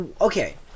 okay